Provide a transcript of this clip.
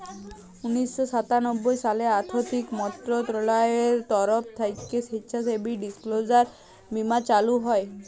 উনিশ শ সাতানব্বই সালে আথ্থিক মলত্রলালয়ের তরফ থ্যাইকে স্বেচ্ছাসেবী ডিসক্লোজার বীমা চালু হয়